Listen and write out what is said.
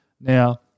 Now